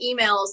emails